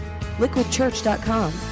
Liquidchurch.com